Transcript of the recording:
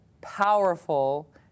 powerful